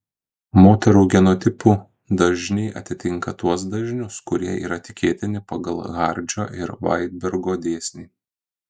moterų genotipų dažniai atitinka tuos dažnius kurie yra tikėtini pagal hardžio ir vainbergo dėsnį